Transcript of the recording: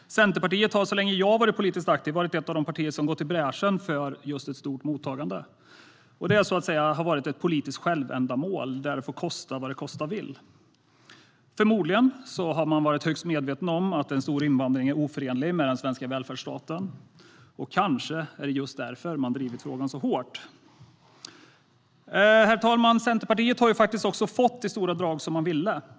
Centerpartiet har så länge jag varit politiskt aktiv varit ett av de partier som gått i bräschen för ett stort mottagande. Det har, så att säga, varit ett politiskt självändamål där det får kosta vad det kosta vill. Förmodligen har man varit högst medveten om att en stor invandring är oförenlig med den svenska välfärdsstaten. Kanske är det just därför man drivit frågan så hårt. Herr talman! Centerpartiet har också i stora drag fått som man ville.